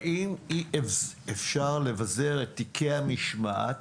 האם אי-אפשר לבזר את תיקי המשמעת